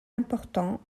important